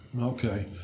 Okay